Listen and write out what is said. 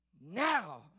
Now